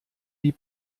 wie